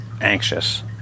anxious